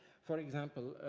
for example,